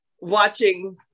watching